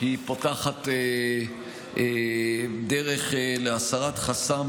היא פותחת דרך להסרת חסם